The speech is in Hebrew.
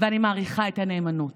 ואני מעריכה את הנאמנות